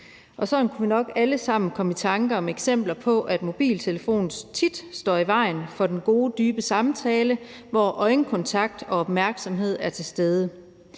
Sådan kunne vi nok alle sammen komme i tanker om eksempler på, at mobiltelefonen tit står i vejen for den gode, dybe samtale, hvor øjenkontakt og opmærksomhed er til stede.